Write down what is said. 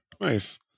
nice